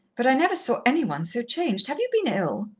but i never saw any one so changed. have you been ill?